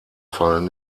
fallen